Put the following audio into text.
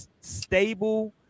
stable